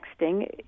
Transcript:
texting